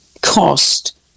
cost